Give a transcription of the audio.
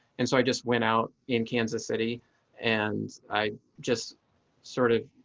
and so i just went out in kansas city and i just sort of.